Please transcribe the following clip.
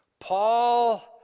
Paul